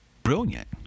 Brilliant